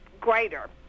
greater